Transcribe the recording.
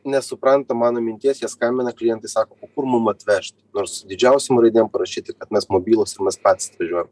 nesupranta mano minties jie skambina klientai sako o kur mum atvežt nors didžiausiom raidėm parašyta kad mes mobilūs ir mes patys atvažiuojam